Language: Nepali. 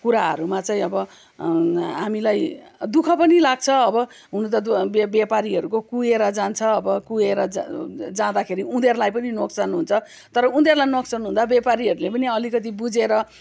कुराहरूमा चाहिँ अब हामीलाई दु ख पनि लाग्छ अब हुन त व्यापारीहरूको कुहिएर जान्छ अब कुहिएर जाँ जाँदाखेरि उनीहरूलाई पनि नोक्सान हुन्छ तर उनीहरूलाई नोक्सान हुँदा व्यापारीहरूले पनि अलिकति बुझेर